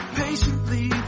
patiently